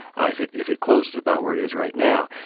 ah if it if it closes about where it is right now.